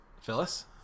Phyllis